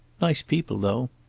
nice people, though.